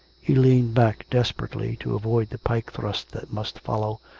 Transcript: he leaned back des perately to avoid the pike-thrust that must follow,